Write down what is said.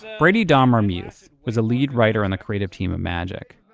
brady dommermuth was a lead writer on the creative team of magic.